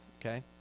Okay